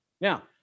Now